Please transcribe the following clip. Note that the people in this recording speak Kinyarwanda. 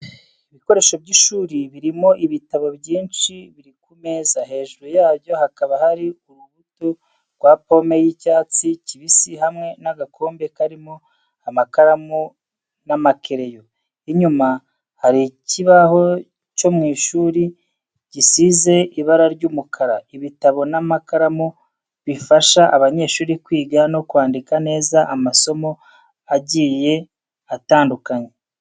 Ibikoresho by’ishuri birimo ibitabo byinshi biri ku meza, hejuru yabyo hakaba hari urubuto rwa pome y’icyatsi kibisi hamwe n’agakombe karimo amakaramu n'amakereyo. Inyuma hari ikibaho cyo mu ishuri gisize ibara ry'umukara. Ibitabo n’amakaramu bifasha abanyeshuri kwiga no kwandika neza amasomo agiye atandukanye.